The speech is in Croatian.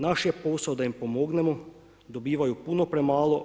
Naš je posao da im pomognemo, dobivaju puno premalo.